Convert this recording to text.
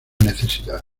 necesidad